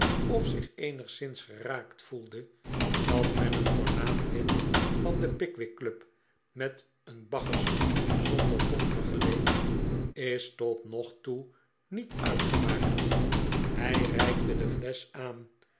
of zich eenigszins geraakt voelde dat men een voornaam lid van de pickwick club met een bacchus zonder ton vergeleek is tot nog toe niet uitgemaakt hij reikte de flesch aan